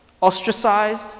ostracized